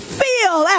feel